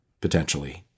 potentially